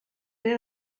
pere